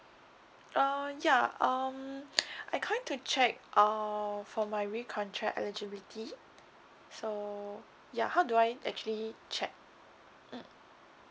oh ya um I'm calling to check uh for my recontract eligibility so ya how do I actually check mm